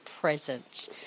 present